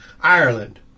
Ireland